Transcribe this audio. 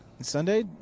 Sunday